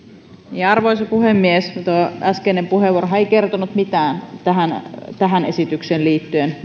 arvoisa puhemies tuo äskeinen puheenvuorohan ei kertonut mitään tähän tähän esitykseen liittyen